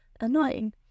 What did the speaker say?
annoying